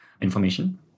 information